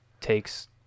takes